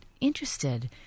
interested